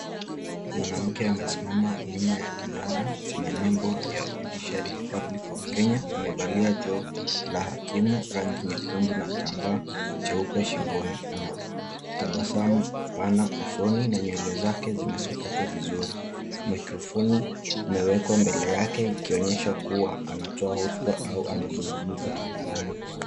Mwanamke amesimama nyuma ya kinara chenye nembo ya Judiciary republic of Kenya . Amevalia joho la kimo rangi nyekundu na kitambaa cheupe shingoni, anatabasamu pana usoni na nywele zake zimesokotwa vizuri. Maikrofoni imewekwa mbele yake ikionyesha kuwa anatoa hotuba au anazungumza hadharani.